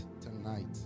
tonight